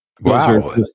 Wow